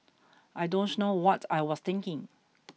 I don't know what I was thinking